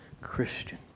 Christian